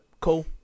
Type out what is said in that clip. cool